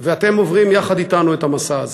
ואתם עוברים יחד אתנו את המסע הזה.